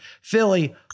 Philly